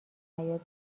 حیاط